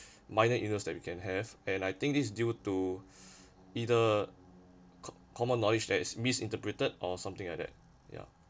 minor illnesses that we can have and I think this due to either common knowledge that it's misinterpreted or something like that ya